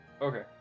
Okay